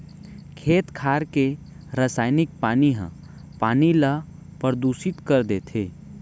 खेत खार के रसइनिक पानी ह पानी ल परदूसित कर देथे